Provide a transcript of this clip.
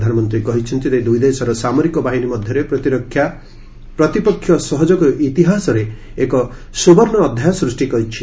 ପ୍ରଧାନମନ୍ତ୍ରୀ କହିଛନ୍ତି ଯେ ଦୁଇଦେଶର ସାମରିକ ବାହିନୀ ମଧ୍ୟରେ ପ୍ରତିପକ୍ଷ ସହଯୋଗ ଇତିହାସରେ ଏକ ସୁବର୍ଷ୍ଣ ଅଧ୍ୟାୟ ସୃଷ୍ଟି କରିଛନ୍ତି